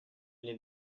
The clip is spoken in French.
n’est